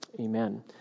Amen